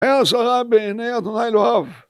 ויעש הרע בעיני ה' אלוהיו